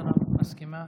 השרה מסכימה.